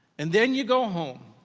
and then you go home,